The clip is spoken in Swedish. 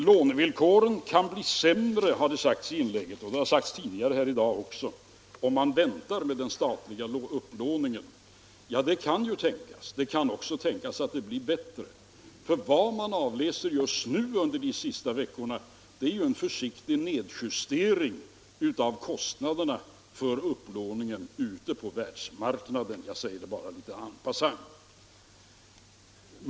Lånevillkoren kan bli sämre, har det sagts, om man väntar med den statliga upplåningen. Det kan ju tänkas. Det kan också tänkas att villkoren blir bättre. Vad man avläser just nu under de senaste veckorna är en försiktig nedjustering av kostnaderna för upplåningen ute på världsmarknaden. Jag säger det bara litet en passant.